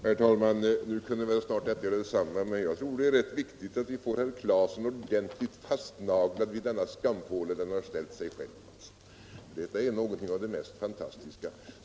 Herr talman! Nu kunde väl snart detta göra detsamma, men jag tror att det är rätt viktigt att vi får herr Claeson ordentligt fastnaglad vid den skampåle där han har ställt sig själv. Hans resonemang är ju något av det mest fantastiska.